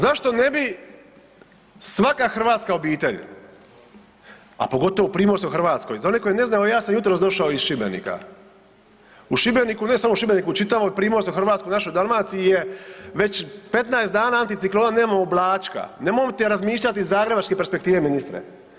Zašto ne bi svaka hrvatska obitelj, a pogotovo u primorskoj Hrvatskoj, za oni koji ne znaju ja sam jutros došao u Šibenika, u Šibeniku, ne samo u Šibeniku u čitavoj primorskoj Hrvatskoj, u našoj Dalmaciji je već 15 dana anticiklona, nema oblačka, nemojte razmišljati iz zagrebačke perspektive ministre.